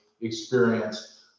experience